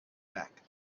back